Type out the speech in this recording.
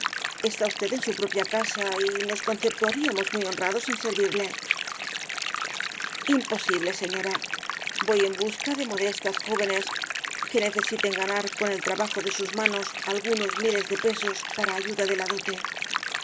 está usted en su propia casa y nos conceptuaríamos muy honrados en servirle imposible señora voy en busca de modestas e l caballero de las botas azules jóvenes que necesiten ganar con el trabajo de sus manos algunos miles de pesos para ayuda de la dote